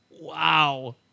Wow